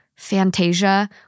Fantasia